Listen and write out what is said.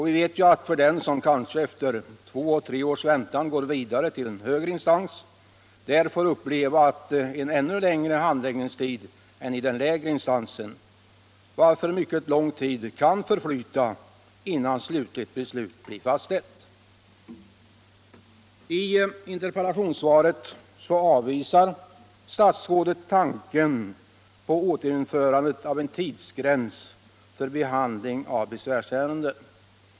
Vi vet ju att den som kanske efter 2-3 års väntan går vidare till högre instans där får uppleva en ännu längre handläggningstid än i den lägre instansen, varför mycket lång tid kan förflyta innan ett beslut blir slutgiltigt fastställt. I interpellationssvaret avvisar statsrådet tanken på återinförandet av en tidsgräns för behandling av besvärsärende.